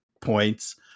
points